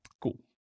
Cool